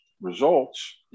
results